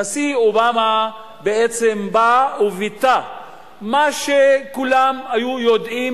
הנשיא אובמה בעצם בא וביטא מה שכולם יודעים,